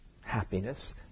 happiness